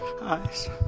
eyes